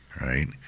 right